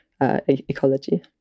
ecology